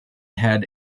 had